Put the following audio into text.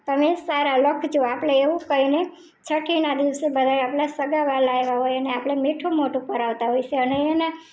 તમે સારા લખજો આપણે એવું કહીને છઠ્ઠીના દિવસે બધાય આપણા સગાંવહાલા આવ્યાં હોય એને આપણે મીઠું મોઢું કરાવતા હોય છીએ અને એના